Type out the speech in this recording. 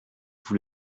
vous